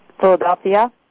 Philadelphia